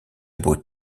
beau